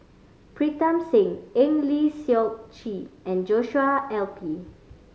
Pritam Singh Eng Lee Seok Chee and Joshua L P